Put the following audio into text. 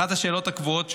אחת השאלות הקבועות שלו,